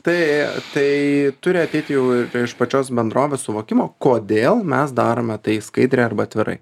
tai tai turi ateiti jau ir iš pačios bendrovės suvokimo kodėl mes darome tai skaidriai arba atvirai